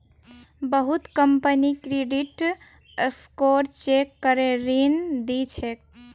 बहुत company credit score check करे ऋण दी छेक